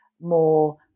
more